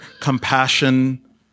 compassion